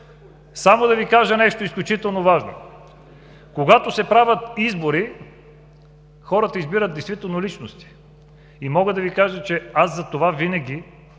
Само да Ви кажа нещо изключително важно: когато се правят избори, хората избират действително личности и затова винаги